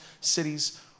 cities